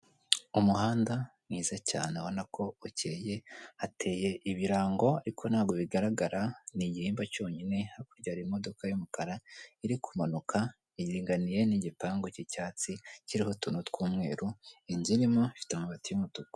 Umuhanda mwiza cyane ubona ko ukeye, hateye ibirango ariko ntabwo bigaragara, ni igihimba cyonyine, hakurya hari imodoka y'umukara iri kumanuka iringaniye n'igipangu cy'icyatsi, kiriho utuntu tw'umweru. inzu irimo ifite amabati y'umutuku.